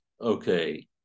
okay